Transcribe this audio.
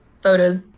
photos